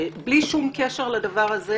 בלי שום קשר לדבר הזה,